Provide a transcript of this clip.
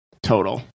Total